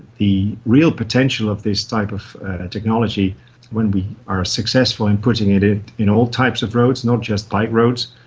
the real potential of this type of technology when we are successful in putting it it in all types of roads, not just light roads,